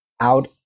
out